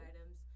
items